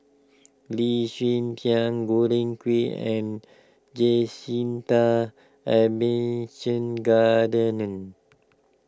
Lee Hsien Tian George Quek and Jacintha Abisheganaden